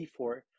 c4